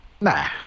Nah